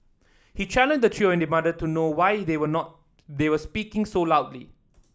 he challenged the trio and demanded to know why they were not they were speaking so loudly